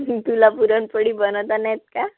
तुला पुरणपोळी बनवता नाही येत का